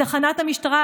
בתחנת המשטרה,